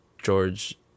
George